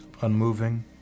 unmoving